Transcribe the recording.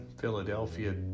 Philadelphia